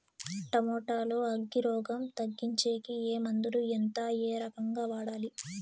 Tomato లో అగ్గి రోగం తగ్గించేకి ఏ మందులు? ఎంత? ఏ రకంగా వాడాలి?